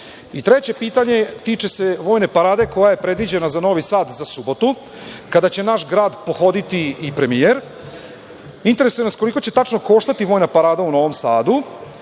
Vlade. Treće pitanje tiče se vojne parade koja je predviđena za Novi Sad za Subotu, kada će naš grad pohoditi i premijer. Interesuje nas – koliko će tačno koštati vojna parada u Novom Sadu